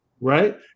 right